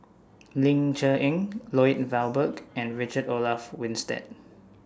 Ling Cher Eng Lloyd Valberg and Richard Olaf Winstedt